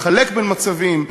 לחלק בין מצבים,